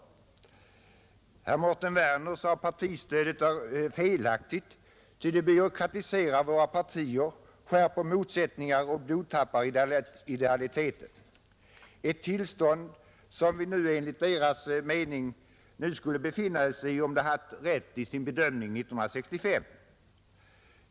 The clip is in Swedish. Och herr Mårten Werner sade att partistödet är felaktigt, ty det byråkratiserar våra partier, skärper motsättningar och blodtappar idealiteten. Detta är alltså det tillstånd som vi nu skulle befinna oss i, om de som gjorde dessa uttalanden haft rätt i sin bedömning 1965.